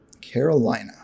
Carolina